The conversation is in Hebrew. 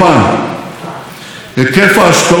תקשיבו טוב,